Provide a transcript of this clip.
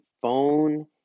phone